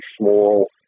small